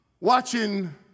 watching